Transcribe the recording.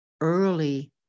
early